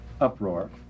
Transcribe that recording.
uproar